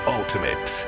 ultimate